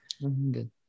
good